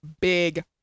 big